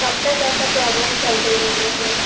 کب تک ایسا پرابلم چلتے رہے گا سر